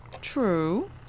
True